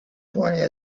pointing